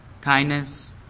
kindness